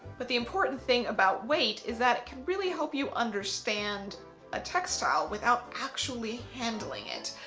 but the important thing about weight is that it can really help you understand a textile without actually handling it.